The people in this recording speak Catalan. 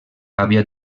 havia